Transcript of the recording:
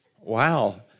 Wow